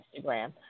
Instagram